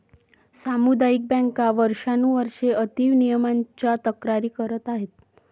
सामुदायिक बँका वर्षानुवर्षे अति नियमनाच्या तक्रारी करत आहेत